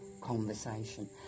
conversation